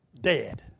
dead